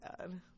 God